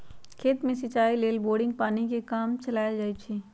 खेत में सिचाई लेल बोड़िंगके पानी से काम चलायल जाइ छइ